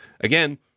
again